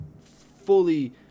fully